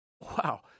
Wow